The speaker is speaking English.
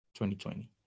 2020